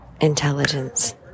intelligence